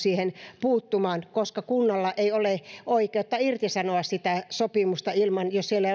niihin puuttumaan koska kunnalla ei ole oikeutta irtisanoa sitä sopimusta ilman että siellä